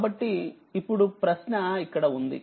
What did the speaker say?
కాబట్టిఇప్పుడు ప్రశ్న ఇక్కడ ఉంది